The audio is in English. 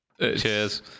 Cheers